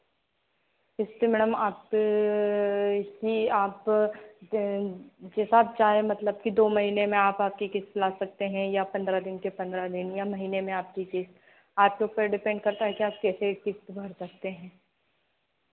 किस्त मैडम आप इसी आप जैसा आप चाहें मतलब कि दो महीने में आप आपकी किस्त ला सकते हैं या पन्द्रह दिन के पन्द्रह दिन या महीने में आपकी किस्त आपके ऊपर डिपेंड करता है कि आप कैसे किस्त भर सकते हैं